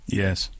yes